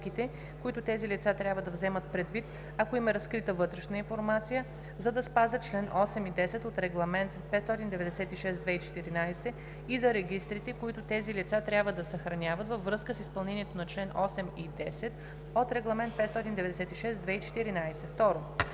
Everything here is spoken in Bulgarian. които тези лица трябва да вземат предвид, ако им е разкрита вътрешна информация, за да спазят чл. 8 и 10 от Регламент (ЕС) № 596/2014, и за регистрите, които тези лица трябва да съхраняват във връзка с изпълнението на чл. 8 и 10 от Регламент (ЕС)